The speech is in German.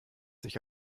sich